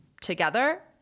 together